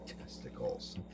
Testicles